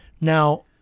now